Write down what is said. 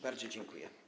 Bardzo dziękuję.